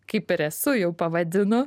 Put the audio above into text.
kaip ir esu jau pavadinu